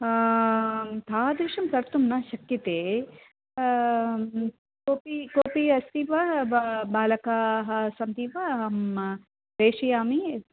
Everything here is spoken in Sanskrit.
आं तादृशं कर्तुं न शक्यते कोपि कोपि अस्ति वा बा बालकाः सन्ति वा अहं प्रेषयामि